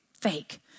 Fake